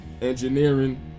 engineering